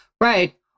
Right